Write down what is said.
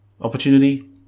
Opportunity